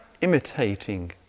imitating